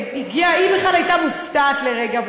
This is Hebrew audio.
היא בכלל הייתה מופתעת לרגע,